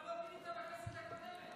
למה לא פינית בכנסת הקודמת?